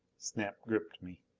snap gripped me.